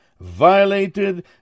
violated